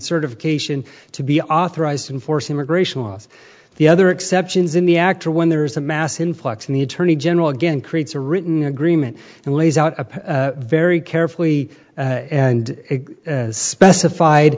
certification to be authorized enforce immigration laws the other exceptions in the act or when there is a mass influx and the attorney general again creates a written agreement and lays out a very carefully and specified